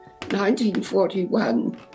1941